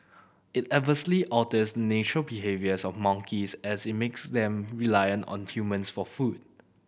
it adversely alters natural behaviours of monkeys as it makes them reliant on humans for food